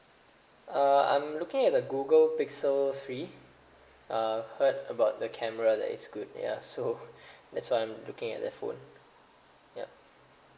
uh I'm looking at the google pixel three uh heard about the camera that is good ya so that's why I'm looking at the phone yup